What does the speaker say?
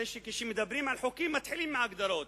הרי כשמדברים על חוקים, מתחילים עם ההגדרות.